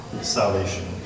salvation